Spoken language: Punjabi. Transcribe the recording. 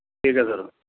ਠੀਕ ਹੈ ਸਰ